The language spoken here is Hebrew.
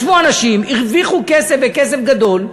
ישבו אנשים, הרוויחו כסף, וכסף גדול,